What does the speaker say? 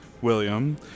William